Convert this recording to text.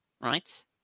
right